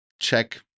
check